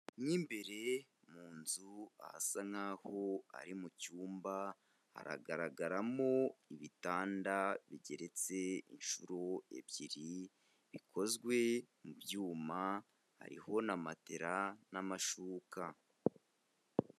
Mo imbere mu nzu ahasa naho ari mu cyumba, haragaragaramo ibitanda bigeretse inshuro ebyiri, bikozwe mu byuma, hariho na matera n'amashuka.